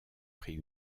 pris